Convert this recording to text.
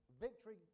victory